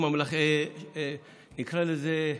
נקרא לזה,